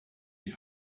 die